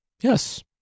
Yes